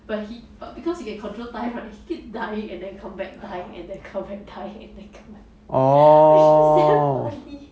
but he but because he can control time right he keep dying and then come back dying and then come back dying and then come back it's just damn funny